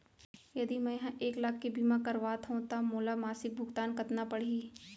यदि मैं ह एक लाख के बीमा करवात हो त मोला मासिक भुगतान कतना पड़ही?